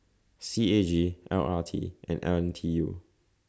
C A G L R T and L N T U